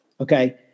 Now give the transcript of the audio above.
Okay